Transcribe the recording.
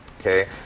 Okay